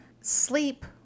sleep